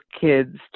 kids